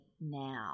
now